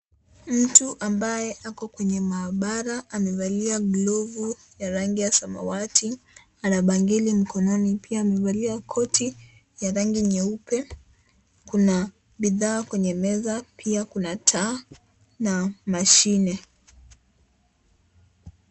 Mtu ambaye ako kwenye maabara, amevalia glovu ya rangi ya samawati, ana bangili mkononi pia, amevalia koti ya rangi nyeupe, kuna bidhaa kwenye meza, pia kuna taa na mashine.